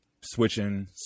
Switching